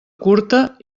curta